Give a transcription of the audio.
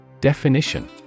Definition